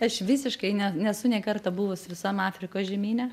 aš visiškai ne nesu nei karto buvus visam afrikos žemyne